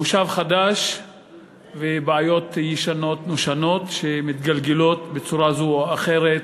מושב חדש ובעיות ישנות נושנות שמתגלגלות בצורה זו או אחרת